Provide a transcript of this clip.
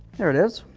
there it is.